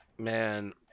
Man